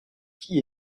qui